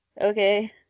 okay